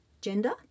gender